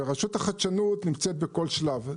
ורשות החדשנות נמצאת בכל שלב.